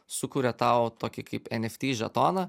sukuria tau tokį kaip eft žetoną